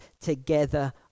together